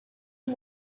him